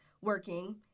working